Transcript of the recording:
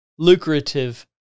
Lucrative